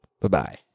Bye-bye